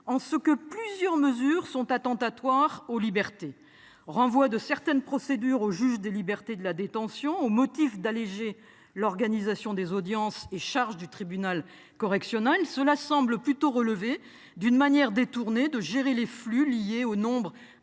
de ses mesures étant attentatoires aux libertés. Le renvoi de certaines procédures au juge des libertés et de la détention au motif d'alléger l'organisation des audiences et la charge des tribunaux correctionnels nous semble plutôt être une manière détournée de gérer les flux liés au nombre